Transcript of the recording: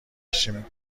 بشین